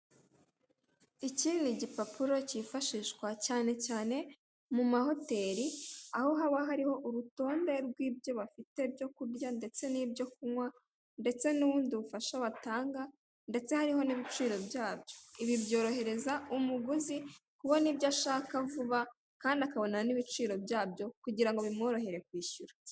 Iki ni igipapuro cyifashishwa cyane cyane mu mahoteri, aho haba hariho urutonde rw'ibyo bafite byo kurya ndetse n'ibyo kunywa ndetse n'ubundi bufasha batanga ndetse hariho n'ibiciro byabyo. Ibi byorohereza umuguzi kubona ibyo ashaka vuba kandi akabona n'ibiciro byabyo kugira ngo bimworohere kwishyura.